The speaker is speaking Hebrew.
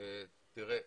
תראה,